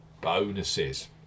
bonuses